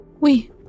Oui